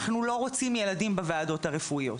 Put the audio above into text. אנחנו לא רוצים ילדים בוועדות הרפואיות.